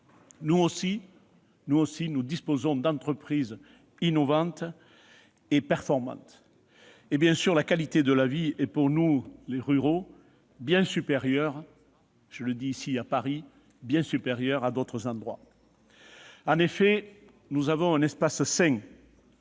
nous aussi, nous disposons d'entreprises innovantes et performantes ; et, bien sûr, la qualité de la vie est, pour nous ruraux, bien supérieure- je le dis ici, à Paris -à ce qu'elle est dans d'autres endroits. En effet, nous avons un espace sain-